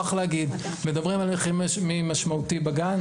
מדברים על ערך משמעותי בגן,